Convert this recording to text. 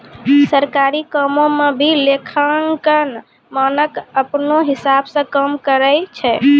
सरकारी कामो म भी लेखांकन मानक अपनौ हिसाब स काम करय छै